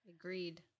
Agreed